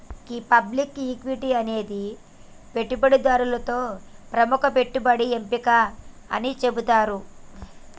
గీ public equity అనేది పెట్టుబడిదారులతో ప్రముఖ పెట్టుబడి ఎంపిక అని సెబుతారు